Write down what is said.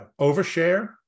overshare